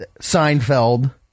Seinfeld